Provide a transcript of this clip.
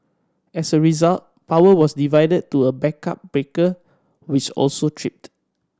as a result power was divided to a backup breaker which also tripped